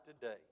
today